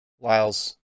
Lyle's